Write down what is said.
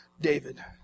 David